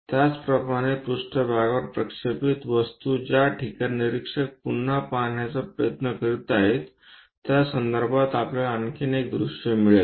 त्याचप्रमाणे पृष्ठभागवर प्रक्षेपित वस्तू ज्या ठिकाणी निरीक्षक पुन्हा पाहण्याचा प्रयत्न करीत आहे त्यासंदर्भात आपल्याला आणखी एक दृश्य मिळेल